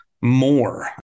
more